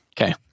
okay